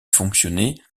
fonctionner